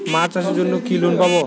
মাছ চাষের জন্য কি লোন পাব?